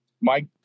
Mike